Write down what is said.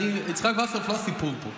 יצחק וסרלאוף הוא לא הסיפור פה.